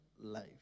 life